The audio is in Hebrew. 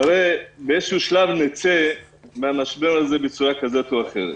הרי באיזשהו שלב נצא מן המשבר הזה בצורה כזאת או אחרת.